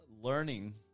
learning